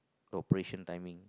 operation timing